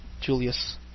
Julius